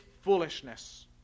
foolishness